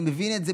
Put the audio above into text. אני מבין את זה,